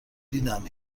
دیدم